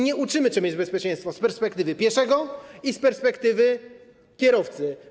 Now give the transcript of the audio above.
Nie uczymy, czym jest bezpieczeństwo z perspektywy pieszego i z perspektywy kierowcy.